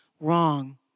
wrong